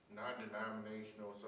non-denominational